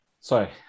Sorry